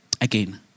Again